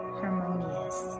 harmonious